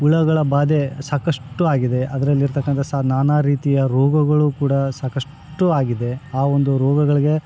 ಹುಳಗಳ ಬಾಧೆ ಸಾಕಷ್ಟು ಆಗಿದೆ ಅದರಲ್ಲಿರ್ತಕ್ಕಂಥ ಸಹ ನಾನಾ ರೀತಿಯ ರೋಗಗಳು ಕೂಡ ಸಾಕಷ್ಟು ಆಗಿದೆ ಆ ಒಂದು ರೋಗಗಳಿಗೆ